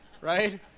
right